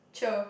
cher